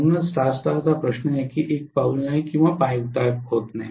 म्हणूनच स्टार स्टारचा प्रश्न आहे की हे एक पाऊल नाही किंवा पायउतार होत नाही